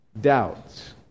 doubts